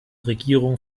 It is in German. regierung